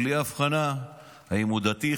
בלי הבחנה אם הוא דתי,